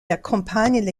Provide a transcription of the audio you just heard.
accompagne